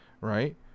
right